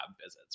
visits